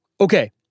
Okay